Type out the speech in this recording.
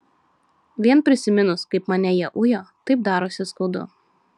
vien prisiminus kaip mane jie ujo taip darosi skaudu